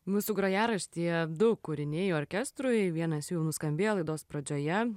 mūsų grojaraštyje du kūriniai orkestrui vienas jų nuskambėjo laidos pradžioje